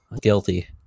Guilty